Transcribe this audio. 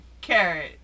carrot